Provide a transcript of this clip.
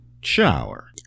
shower